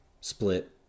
split